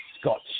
scotch